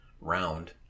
round